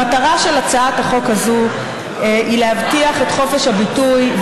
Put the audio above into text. המטרה של הצעת החוק הזו היא להבטיח את חופש הביטוי,